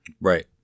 Right